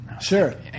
Sure